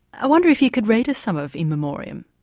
i wonder if you could read us some of in memoriam?